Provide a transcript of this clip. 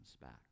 back